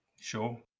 Sure